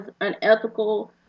unethical